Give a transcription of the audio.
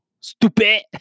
Stupid